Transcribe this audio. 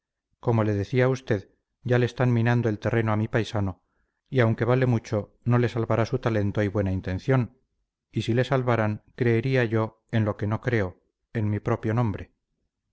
como le decía a usted ya le están minando el terreno a mi paisano y aunque vale mucho no le salvarán su talento y buena intención y si le salvaran creería yo en lo que no creo en mi propio nombre